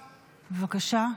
בבקשה.